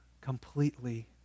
completely